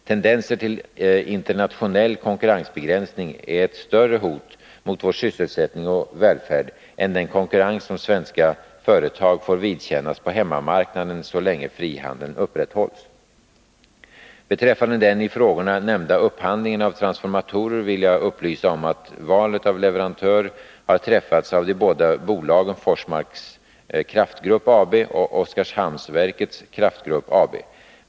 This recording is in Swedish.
Tendenser till internationell konkurrensbegränsning är ett större hot mot vår sysselsättning och välfärd än den konkurrens som svenska företag får vidkännas på hemmamarknaden så länge frihandeln upprätthålls. Beträffande den i frågorna nämnda upphandlingen av transformatorer vill jag upplysa om att valet av leverantör har träffats av de båda bolagen Forsmarks Kraftgrupp AB och Oskarshamnsverkets Kraftgrupp AB.